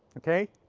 okay.